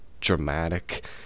dramatic